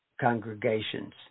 congregations